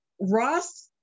Ross